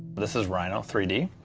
this is rhino three d,